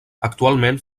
actualment